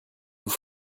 vous